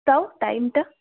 তাও টাইমটা